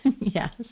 Yes